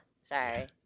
sorry